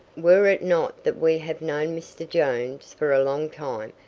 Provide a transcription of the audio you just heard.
were it not that we have known mr. jones for a long time,